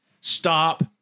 Stop